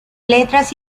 letras